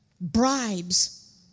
bribes